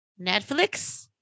Netflix